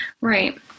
Right